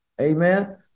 amen